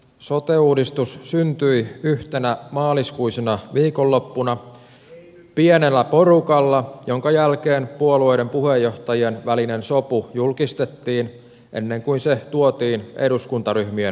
sote uudistus syntyi yhtenä maaliskuisena viikonloppuna pienellä porukalla minkä jälkeen puolueiden puheenjohtajien välinen sopu julkistettiin ennen kuin se tuotiin eduskuntaryhmien hyväksyttäväksi